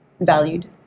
valued